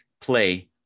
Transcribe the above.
play